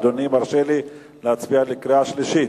אדוני מרשה לי להצביע בקריאה שלישית.